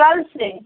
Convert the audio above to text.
कल से